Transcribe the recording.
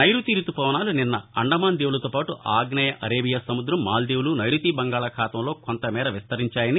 నైరుతి రుతుపవనాలు నిన్న అండమాన్ దీవులతోపాటు ఆగ్నేయ అరేబియా సముద్రం మాల్టీవులు నైరుతి బంగాళాఖాతంలో కొంతమేర విస్తరించాయాని